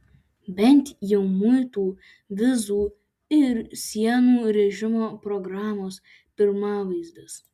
bent jau muitų vizų ir sienų režimo programos pirmavaizdis